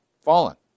Fallen